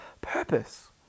purpose